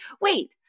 wait